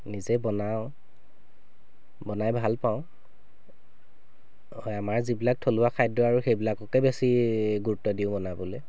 নিজে বনাওঁ বনাই ভাল পাওঁ আমাৰ যিবিলাক থলুৱা খাদ্য আৰু সেবিলাককে বেছি গুৰুত্ব দিওঁ বনাবলৈ